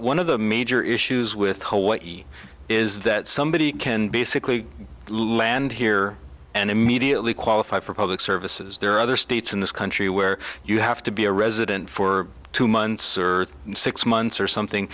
one of the major issues with hawaii is that somebody can basically land here and immediately qualify for public services there are other states in this kind where you have to be a resident for two months or six months or something